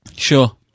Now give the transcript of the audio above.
Sure